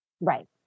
Right